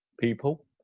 people